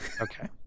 Okay